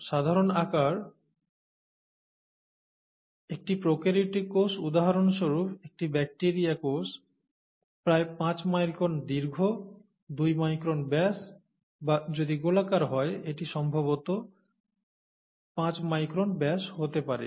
সাধারণ আকার একটি প্রোক্যারিওটিক কোষ উদাহরণস্বরূপ একটি ব্যাকটেরিয়া কোষ প্রায় 5 মাইক্রন দীর্ঘ 2 মাইক্রন ব্যাস বা যদি গোলাকার হয় এটির সম্ভবত 5 মাইক্রন ব্যাস হতে পারে